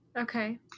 Okay